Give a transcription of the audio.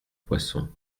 poisson